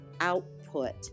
output